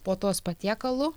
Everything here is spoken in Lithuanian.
puotos patiekalų